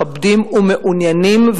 מכבדים ומעוניינים,